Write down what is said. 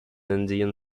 andean